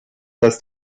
dass